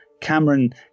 Cameron